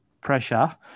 pressure